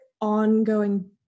ongoing